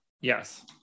yes